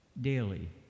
daily